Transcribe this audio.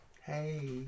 Hey